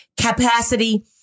capacity